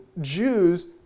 Jews